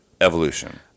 evolution